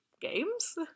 games